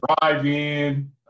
drive-in